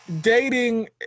dating